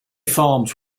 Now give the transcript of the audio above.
farms